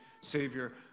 Savior